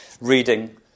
reading